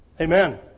Amen